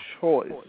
Choice